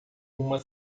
uma